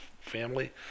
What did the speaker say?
family